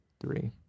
three